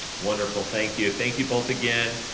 wonderful, thank you. thank you both again.